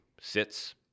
sits